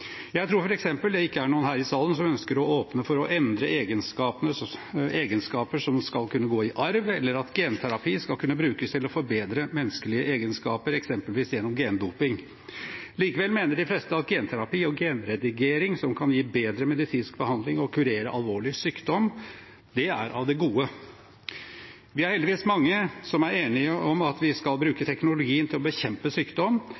Jeg tror f.eks. det ikke er noen her i salen som ønsker å åpne for å endre egenskaper som skal kunne gå i arv, eller at genterapi skal kunne brukes til å forbedre menneskelige egenskaper, eksempelvis gjennom gendoping. Likevel mener de fleste at genterapi og genredigering som kan gi bedre medisinsk behandling og kurere alvorlig sykdom, er av det gode. Vi er heldigvis mange som er enige om at vi skal bruke teknologien til å bekjempe sykdom,